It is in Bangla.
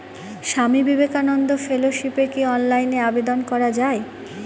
স্বামী বিবেকানন্দ ফেলোশিপে কি অনলাইনে আবেদন করা য়ায়?